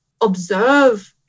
observe